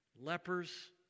Lepers